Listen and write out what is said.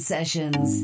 Sessions